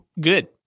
good